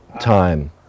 time